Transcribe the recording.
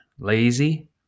lazy